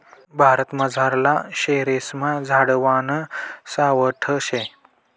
भारतमझारला शेरेस्मा झाडवान सावठं शे